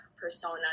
persona